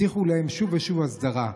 והבטיחו להם שוב ושוב הסדרה.